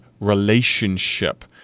relationship